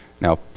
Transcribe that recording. Now